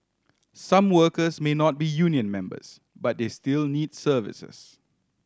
some workers may not be union members but they still need services